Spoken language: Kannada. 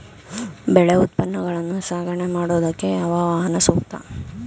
ಬೆಳೆ ಉತ್ಪನ್ನಗಳನ್ನು ಸಾಗಣೆ ಮಾಡೋದಕ್ಕೆ ಯಾವ ವಾಹನ ಸೂಕ್ತ?